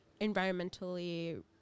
environmentally